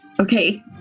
Okay